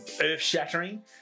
earth-shattering